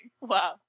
Wow